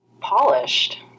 polished